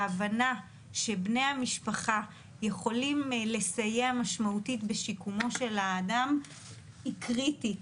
ההבנה שבני המשפחה יכולים לסייע משמעותית בשיקומו של האדם היא קריטית,